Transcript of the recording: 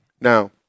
Now